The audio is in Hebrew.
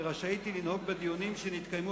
ורשאית היא לנהוג בדיונים שנתקיימו